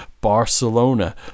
Barcelona